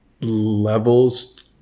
levels